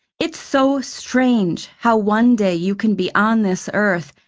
it's so strange how one day you can be on this earth,